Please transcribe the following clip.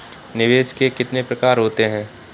निवेश के कितने प्रकार होते हैं?